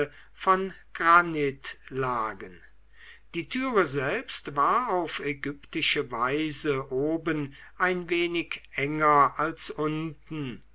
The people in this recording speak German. von granit lagen die türe selbst war auf ägyptische weise oben ein wenig enger als unten